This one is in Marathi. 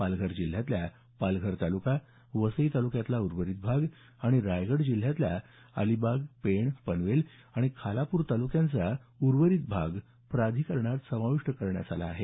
पालघर जिल्ह्यातल्या पालघर तालुका वसई तालुक्यातला उर्वरित भाग आणि रायगड जिल्ह्यातला अलिबाग पेण पनवेल आणि खालापूर तालुक्यांचा उर्वरित भाग प्राधिकरणात समाविष्ट करण्यात आला आहे